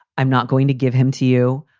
i'm not going to give him to you.